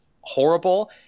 horrible